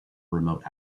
remote